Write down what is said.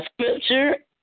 scripture